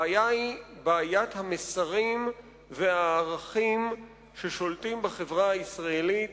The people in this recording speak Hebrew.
הבעיה היא בעיית המסרים והערכים ששולטים בחברה הישראלית,